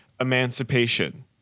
emancipation